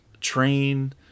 train